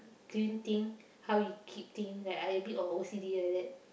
clean thing how he keep thing like I a bit of O_C_D liddat